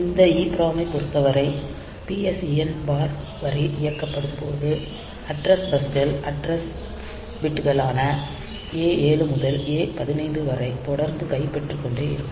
இந்த EPROM ஐப் பொருத்தவரை PSEN பார் வரி இயக்கப்படுத்தப்படும் போது அட்ரஸ் பஸ் கள் அட்ராஸ் பிட்களான A7 முதல் A15 வரை தொடர்ந்து கைப்பற்றிக் கொண்டே இருக்கும்